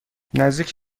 نزدیک